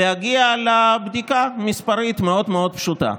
להגיע לבדיקה מספרית מאוד מאוד פשוטה.